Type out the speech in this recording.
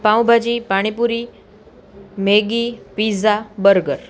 pav bhaji pani puri Maggi pizza burger